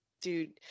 dude